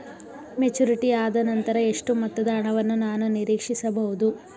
Maturity ಆದನಂತರ ಎಷ್ಟು ಮೊತ್ತದ ಹಣವನ್ನು ನಾನು ನೀರೀಕ್ಷಿಸ ಬಹುದು?